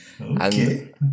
Okay